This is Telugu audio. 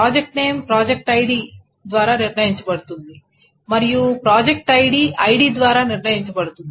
ప్రాజెక్ట్ నేమ్ ప్రాజెక్ట్ ఐడి ద్వారా నిర్ణయించబడుతుంది మరియు ప్రాజెక్ట్ ఐడి ఐడి ద్వారా నిర్ణయించబడుతుంది